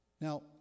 Now